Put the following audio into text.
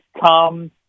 come